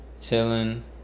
Chilling